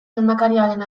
lehendakariaren